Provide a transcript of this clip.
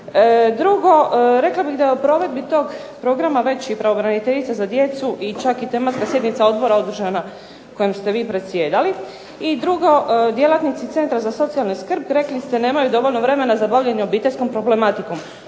Drugo, rekla bih da u provedbi tog programa već i pravobraniteljica i čak i tematska sjednica odbora održana kojom ste vi predsjedali. I drugo, djelatnici centra za socijalnu skrb rekli ste nemaju dovoljno vremena za bavljenje obiteljskom problematikom.